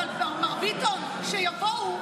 מר ביטון, שיבואו.